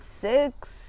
Six